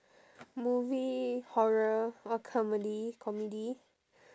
movie horror or comedy comedy